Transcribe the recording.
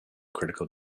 critical